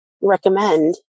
recommend